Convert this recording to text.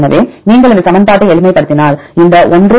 எனவே நீங்கள் இந்த சமன்பாட்டை எளிமைப்படுத்தினால் இந்த 1 0